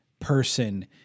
person